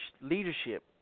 leadership